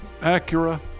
Acura